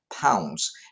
pounds